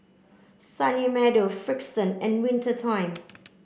Sunny Meadow Frixion and Winter Time